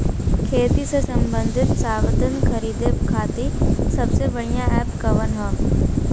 खेती से सबंधित साधन खरीदे खाती सबसे बढ़ियां एप कवन ह?